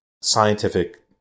scientific